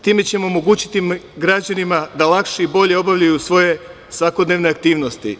Time ćemo omogućiti građanima da lakše i bolje obavljaju svoje svakodnevne aktivnosti.